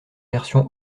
version